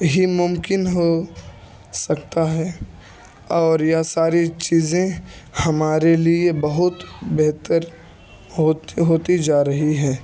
ہی ممکن ہو سکتا ہے اور یہ ساری چیزیں ہمارے لیے بہت بہتر ہوتی جا رہی ہیں